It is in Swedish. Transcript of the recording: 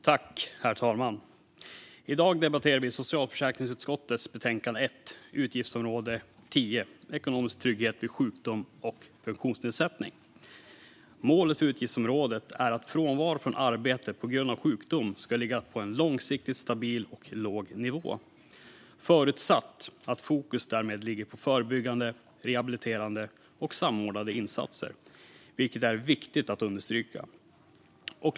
Herr talman! I dag debatterar vi socialförsäkringsutskottets betänkande 1 om utgiftsområde 10 Ekonomisk trygghet vid sjukdom och funktionsnedsättning . Målet för utgiftsområdet är att frånvaro från arbete på grund av sjukdom ska ligga på en långsiktigt stabil och låg nivå, förutsatt att fokus därmed ligger på förebyggande, rehabiliterande och samordnade insatser, vilket är viktigt att understryka.